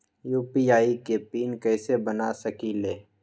UPI के PIN कैसे बना सकीले?